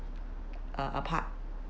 uh apart